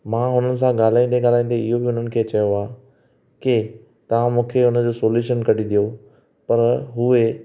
मां हुननि सां ॻाल्हाईंदे ॻाल्हाईंदे इहो बि हुननि खे चयो आहे की तव्हां मूंखे हुन जो सलूशन कढी ॾियो पर उहे